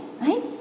right